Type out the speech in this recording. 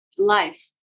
life